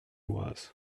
was